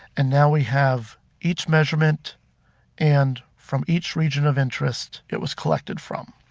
and now we have each measurement and from each region of interest it was collected from.